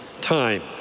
time